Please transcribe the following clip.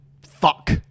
Fuck